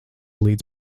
līdz